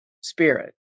spirit